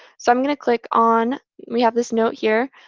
so i'm going to click on we have this note here